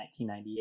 1998